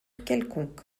quelconque